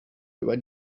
über